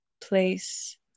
place